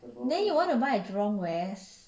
then you want to buy at jurong west